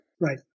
Right